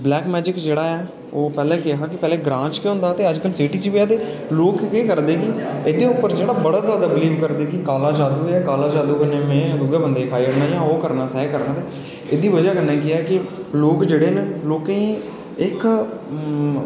तो black magic जेह्ड़ा ऐ ओह् पैह्लें केह् हा की ग्रांऽ च गै होंदा हा ते कल सिटी च बी ऐ ते लोक केह् करदे की एह्दे पर जेह्ड़ा बड़ा जादा बिलीव करदे की काला जादू ऐ ते काला जादू कन्नै मिगी उ'ऐ बंदे गी खाई ओड़दा जां ओह् करना कि एह्दी बजह कन्नै केह् ऐ कि लोक जेह्ड़े न लोकें ई इक